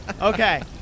Okay